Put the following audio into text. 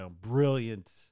brilliant